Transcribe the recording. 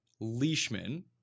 Leishman